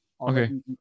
Okay